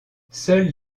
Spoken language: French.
seules